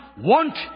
want